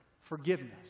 forgiveness